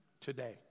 today